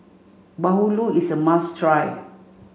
Bahulu is a must try